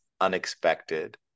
unexpected